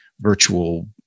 virtual